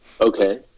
Okay